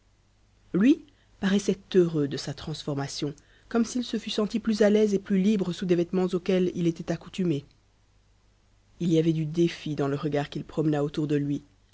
lui paraissait heureux de sa transformation comme s'il se fut senti plus à l'aise et plus libre sous des vêtements auxquels il était accoutumé il y avait du défi dans le regard qu'il promena autour de lui